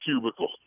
cubicle